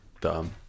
Dumb